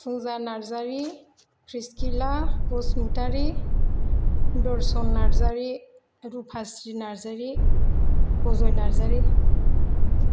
Phunja Narzary Priscilla Basumatary Darshan Narzary Rupashri Narzary Ajay Narzary